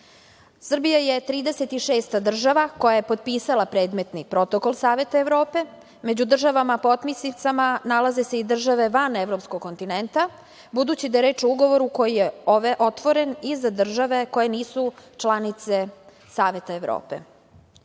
je 36. država koja je potpisala predmetni Protokol Saveta Evrope. Među državama potpisnicama nalaze se i države van evropskog kontinenta budući da je reč o Ugovoru koji je otvoren i za države koje nisu članice Saveta Evrope.U